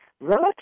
Relative